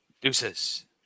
Deuces